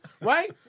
right